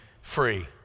free